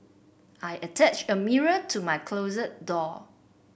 I attached a mirror to my closet door